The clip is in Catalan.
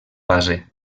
base